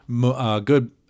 good